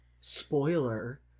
spoiler